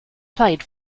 played